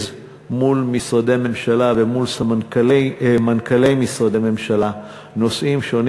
מול משרדי ממשלה ומול מנכ"לי משרדי ממשלה נושאים שונים.